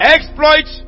Exploit